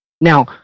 Now